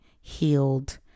healed